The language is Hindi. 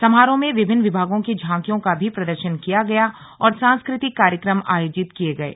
समारोह में विभिन्न विभागों की झांकियो का भी प्रदर्शन किया गया और सांस्कृतिक कार्यक्रम आयोजित किये गये